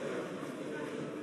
הצטנעה.